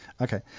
Okay